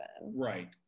Right